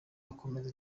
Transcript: akomeza